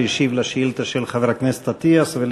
שהשיב על שאילתה של חבר הכנסת אטיאס ועל